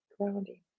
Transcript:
Grounding